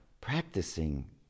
practicing